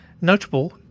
Notable